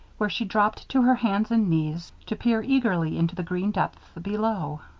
where she dropped to her hands and knees to peer eagerly into the green depths below.